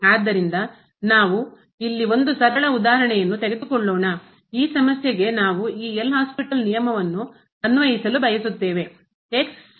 ಆದ್ದರಿಂದ ನಾವು ಇಲ್ಲಿ ಒಂದು ಸರಳ ಉದಾಹರಣೆಯನ್ನು ತೆಗೆದುಕೊಳ್ಳೋಣ ಈ ಸಮಸ್ಯೆಗೆ ನಾವು ಈ L ಹಾಸ್ಪಿಟಲ್ ನಿಯಮವನ್ನು ಅನ್ವಯಿಸಲು ಬಯಸುತ್ತೇವೆ ಮತ್ತು